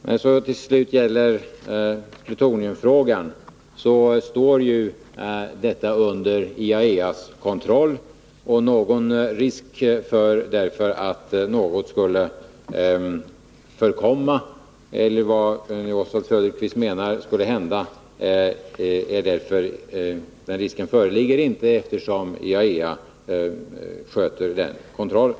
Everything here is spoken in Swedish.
Vad till slut gäller plutoniumfrågan, står detta under IAEA:s kontroll. Risk för att något skulle förkomma — eller vad Oswald Söderqvist menar skulle hända — föreligger alltså inte, eftersom IAEA sköter kontrollen.